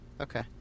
Okay